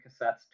cassettes